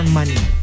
money